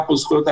פה